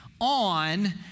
on